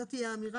זאת תהיה האמירה?